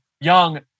young